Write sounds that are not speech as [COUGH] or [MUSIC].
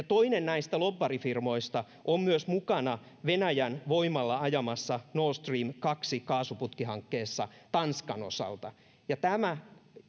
[UNINTELLIGIBLE] toinen näistä lobbarifirmoista on mukana myösvenäjän voimalla ajamassa nord stream kaksi kaasuputkihankkeessa tanskan osalta ja